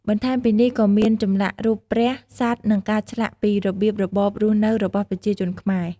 បន្ថែមពីនេះក៏មានចម្លាក់រូបព្រះ សត្វ និងការឆ្លាក់ពីរបៀបរបបរស់នៅរបស់ប្រជាជនខ្មែរ។